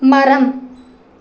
மரம்